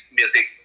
music